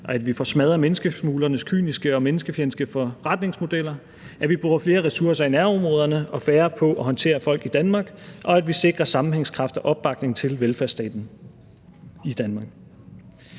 at vi får smadret menneskesmuglernes kyniske og menneskefjendske forretningsmodeller, at vi bruger flere ressourcer i nærområderne og færre på at håndtere folk i Danmark, og at vi sikrer sammenhængskraft og opbakning til velfærdsstaten i Danmark.